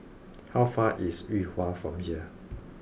how far away is Yuhua from here